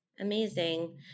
Amazing